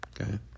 okay